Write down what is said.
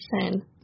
sin